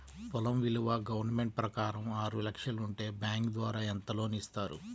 పొలం విలువ గవర్నమెంట్ ప్రకారం ఆరు లక్షలు ఉంటే బ్యాంకు ద్వారా ఎంత లోన్ ఇస్తారు?